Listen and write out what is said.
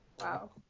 Wow